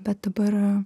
bet dabar